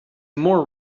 more